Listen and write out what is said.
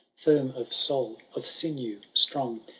firm of soul, of sinew strong.